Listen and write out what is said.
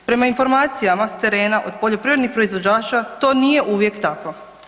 Prema informacijama s terena od poljoprivrednih proizvođača, to nije uvijek tako.